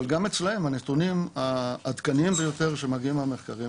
אבל גם אצלם הנתונים העדכניים ביותר שמגיעים מהמחקרים,